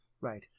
Right